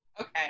Okay